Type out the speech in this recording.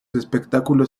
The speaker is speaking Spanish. espectáculos